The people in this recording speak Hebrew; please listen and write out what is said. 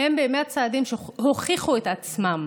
הם באמת צעדים שהוכיחו את עצמם.